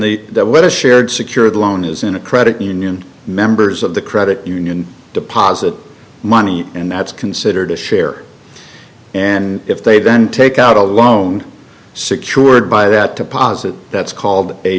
and the that letter shared secured loan is in a credit union members of the credit union deposit money and that's considered a share and if they then take out a loan secured by that deposit that's called a